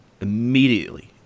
immediately